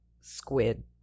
squid